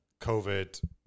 COVID